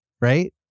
right